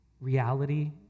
Reality